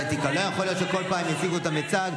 עם הדגל הזה עוטפים גופות של חיילים.